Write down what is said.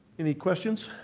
any questions?